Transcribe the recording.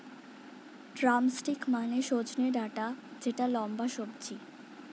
drumstick মানে সজনে ডাটা যেটা লম্বা সবজি